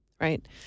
right